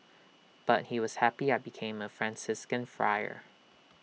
but he was happy I became A Franciscan Friar